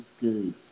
good